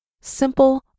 simple